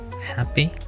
happy